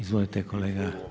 Izvolite kolega.